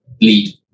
lead